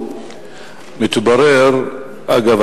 אגב,